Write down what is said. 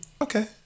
Okay